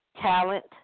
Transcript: Talent